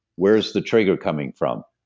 where is the trigger coming from?